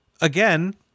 again